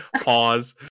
Pause